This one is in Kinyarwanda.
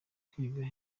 kwiga